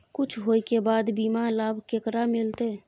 कुछ होय के बाद बीमा लाभ केकरा मिलते?